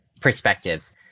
perspectives